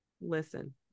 listen